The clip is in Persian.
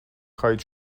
خواهید